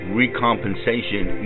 recompensation